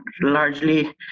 largely